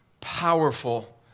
powerful